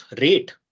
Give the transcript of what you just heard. rate